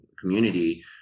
community